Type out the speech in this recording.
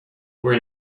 were